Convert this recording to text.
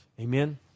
Amen